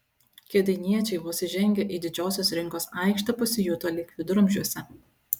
kėdainiečiai vos įžengę į didžiosios rinkos aikštę pasijuto lyg viduramžiuose